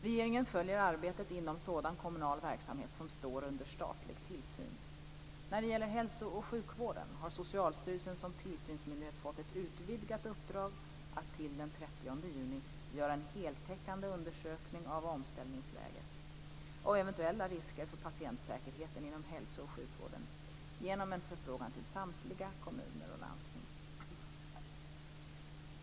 Regeringen följer arbetet inom sådan kommunal verksamhet som står under statlig tillsyn. När det gäller hälso och sjukvården har Socialstyrelsen som tillsynsmyndighet fått ett utvidgat uppdrag att till den 30 juni göra en heltäckande undersökning av omställningsläget och eventuella risker för patientsäkerheten inom hälso och sjukvården genom en förfrågan till samtliga kommuner och landsting.